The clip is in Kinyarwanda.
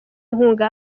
inkunga